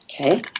Okay